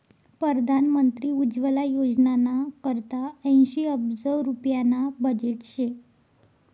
परधान मंत्री उज्वला योजनाना करता ऐंशी अब्ज रुप्याना बजेट शे